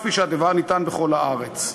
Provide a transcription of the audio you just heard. כפי שהדבר ניתן בכל הארץ.